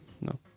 No